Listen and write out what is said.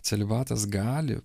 celibatas gali